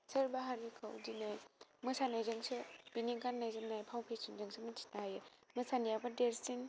सोरबा हारिखौ दिनै मोसानायजोंसो बेनि गाननाय जोमनाय फाव फेश'नजोंसो मिन्थिनो हायो मोसानायाबो देरसिन